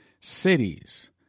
Cities